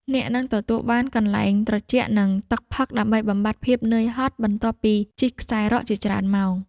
អ្នកនឹងទទួលបានកន្សែងត្រជាក់ និងទឹកផឹក ដើម្បីបំបាត់ភាពហត់នឿយបន្ទាប់ពីជិះខ្សែរ៉កជាច្រើនម៉ោង។